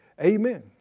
Amen